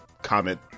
comment